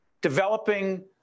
developing